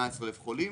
וכ-18,000 חולים,